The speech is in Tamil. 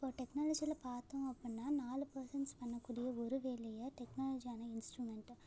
இப்போது டெக்னாலஜியில பார்த்தோம் அப்பட்னா நாலு பர்சன்ஸ் பண்ணக்கூடிய ஒரு வேலையை டெக்னாலஜியான இன்ஸ்ட்ருமெண்ட்டு